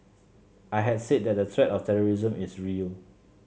I had said that the threat of terrorism is real